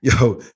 Yo